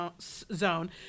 zone